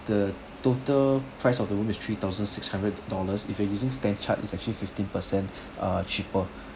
the total price of the room is three thousand six hundred dollars if you're using StanChart is actually fifteen percent uh cheaper